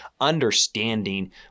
understanding